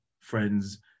friends